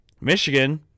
Michigan